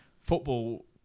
football